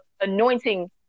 anointing